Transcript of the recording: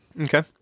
Okay